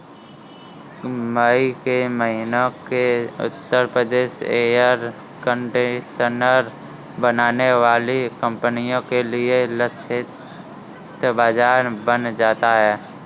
मई के महीने में उत्तर प्रदेश एयर कंडीशनर बनाने वाली कंपनियों के लिए लक्षित बाजार बन जाता है